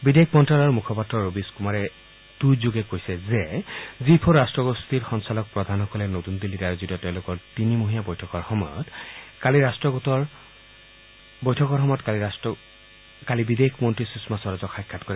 বিদেশ মন্ত্যালয়ৰ মূখপাত্ৰ ৰবীশ কুমাৰে টুইটযোগে কৈছে যে জি ফৰ ৰাট্টগোষ্ঠীৰ সঞ্চালকপ্ৰধানসকলে নতূন দিল্লীত আয়োজিত তেওঁলোকৰ চাৰিমহীয়া বৈঠকৰ সময়ত কালি ৰট্টগোটৰ বিদেশ মন্ত্ৰী সুষমা স্বৰাজক সাক্ষাৎ কৰে